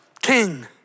King